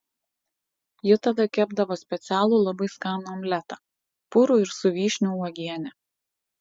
ji tada kepdavo specialų labai skanų omletą purų ir su vyšnių uogiene